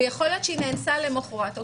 ויכול להיות שהיא נאנסה למחרת.